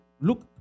look